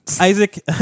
Isaac